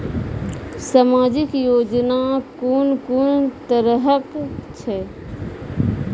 समाजिक योजना कून कून तरहक छै?